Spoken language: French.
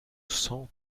sens